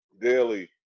daily